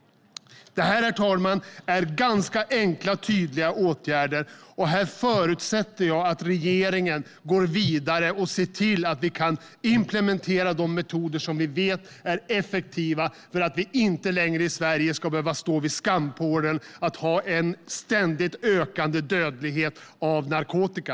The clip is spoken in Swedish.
Detta, herr talman, är ganska enkla och tydliga åtgärder, och här förutsätter jag att regeringen går vidare och ser till att vi kan implementera de metoder som vi vet är effektiva så att Sverige inte längre ska behöva stå vid skampålen för att vi har en ständigt ökande dödlighet på grund av narkotika.